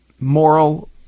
moral